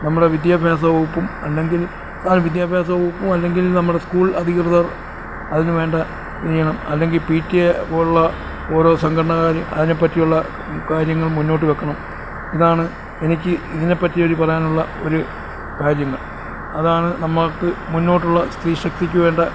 നമ്മുടെ വിദ്യാഭ്യാസ വകുപ്പും അല്ലെങ്കിൽ ആ വിദ്യാഭ്യാസ വകുപ്പും അല്ലെങ്കിൽ നമ്മുടെ സ്കൂൾ അധികൃതർ അതിന് വേണ്ട ഇത് ചെയ്യണം അല്ലെങ്കിൽ പി ടി എ പോലുള്ള ഓരോ സംഘടനക്കാർ അതിനെപ്പറ്റിയുള്ള കാര്യങ്ങൾ മുന്നോട്ട് വെക്കണം ഇതാണ് എനിക്ക് ഇതിനെപ്പറ്റിയൊരു പറയാനുള്ള ഒരു കാര്യങ്ങൾ അതാണ് നമുക്ക് മുന്നോട്ടുള്ള സ്ത്രീശക്തിക്ക് വേണ്ട